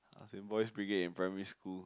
I was in Boys Brigade in primary school